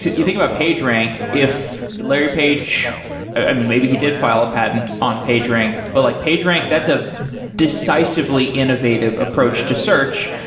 you think about pagerank, if larry page i mean, maybe he did file a patent on pagerank, but like pagerank, that's a decisively innovative approach to search,